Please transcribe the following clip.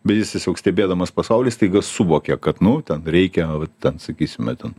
bet jis tiesiog stebėdamas pasaulį staiga suvokia kad nu ten reikia va ten sakysime ten